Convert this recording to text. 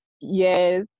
yes